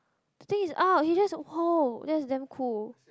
the thing is !ouch! he just !woah! that's damn cool